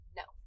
no